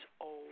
old